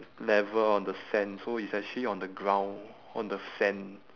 level on the sand so it's actually on the ground on the f~ sand